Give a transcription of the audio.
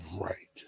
right